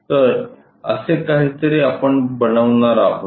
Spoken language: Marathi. तर असे काहीतरी आपण बनवणार आहोत